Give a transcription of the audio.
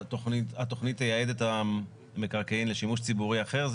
התוכנית תייעד את המקרקעין לשימוש ציבורי אחר,